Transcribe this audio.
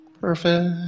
perfect